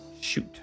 shoot